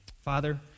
Father